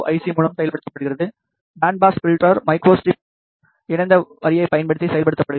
C மூலம் செயல்படுத்தப்படுகிறது band pass filter microstrip இணைந்த வரியைப் பயன்படுத்தி செயல்படுத்தப்படுகிறது